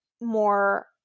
more